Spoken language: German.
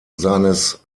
seines